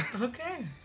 Okay